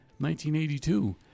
1982